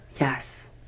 Yes